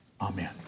Amen